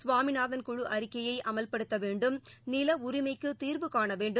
சுவாமிநாதன் அறிக்கையை அமல்படுத்தவேண்டும் நிலஉரிமைக்குதீர்வுகாணவேண்டும்